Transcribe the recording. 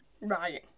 Right